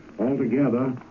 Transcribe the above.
Altogether